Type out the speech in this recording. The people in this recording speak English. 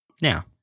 Now